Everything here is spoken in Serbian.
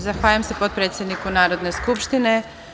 Zahvaljujem se potpredsedniku Narodne skupštine.